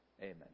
Amen